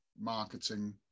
marketing